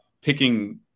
picking